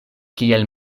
kiel